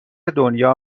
دنیا